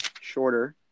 shorter